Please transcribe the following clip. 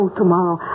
tomorrow